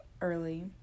early